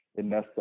Inessa